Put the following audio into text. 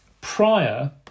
prior